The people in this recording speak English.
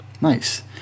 Nice